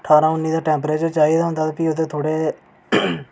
ठारहां उन्नी दा टेंपरेचर चाहिदा होंदा ते फ्ही ओह्दे थोह्ड़े